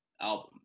album